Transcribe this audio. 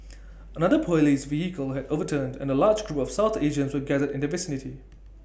another Police vehicle had overturned and A large group of south Asians were gathered in the vicinity